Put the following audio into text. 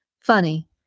Funny